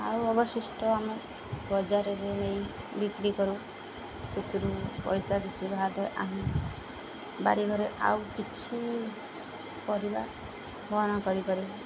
ଆଉ ଅବଶିଷ୍ଟ ଆମେ ବଜାରରେ ନେଇ ବିକ୍ରି କରୁ ସେଥିରୁ ପଇସା କିଛି ବାହାରିଲେ ଆମେ ବାରିଘରେ ଆଉ କିଛି ପରିବା ଭରଣ କରିପାରିବୁ